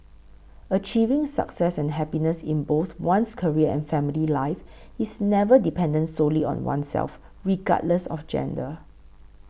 achieving success and happiness in both one's career and family life is never dependent solely on oneself regardless of gender